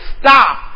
stop